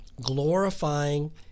glorifying